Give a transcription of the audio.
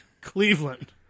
Cleveland